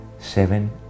seven